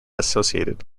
associated